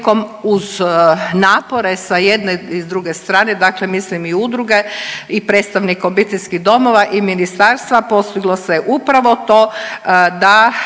uz napore sa jedne i s druge strane, dakle mislim i udruge i predstavnik obiteljskih domova i Ministarstva, postiglo se upravo to da